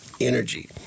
energy